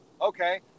okay